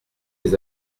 lès